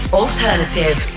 alternative